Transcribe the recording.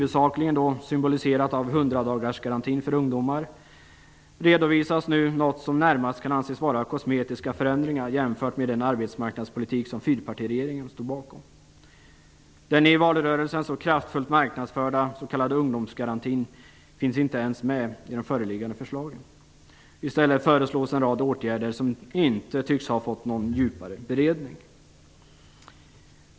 dagarsgarantin för ungdomar, redovisas nu något som närmast kan anses vara kosmetiska förändringar jämfört med den arbetsmarknadspolitik som fyrpartiregeringen stod bakom. Den i valrörelsen så kraftfullt marknadsförda s.k. ungdomsgarantin finns inte ens med i de föreliggande förslagen. I stället föreslås en rad åtgärder som inte tycks ha fått någon djupare beredning.